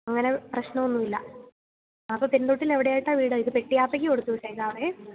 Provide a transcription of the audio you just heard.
അങ്ങനെ പ്രശ്നം ഒന്നും ഇല്ല അപ്പം പെരുന്തോട്ടിയിൽ എവിടെ ആയിട്ടാണ് വീട് ഇത് പെട്ടി ആപെയ്ക്ക് കൊടുത്തുവിട്ടേക്കാം